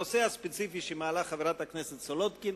הנושא הספציפי שחברת הכנסת סולודקין